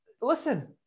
Listen